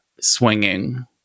swinging